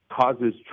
causes